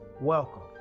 Welcome